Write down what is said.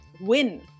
win